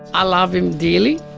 i love him dearly,